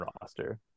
roster